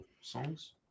Songs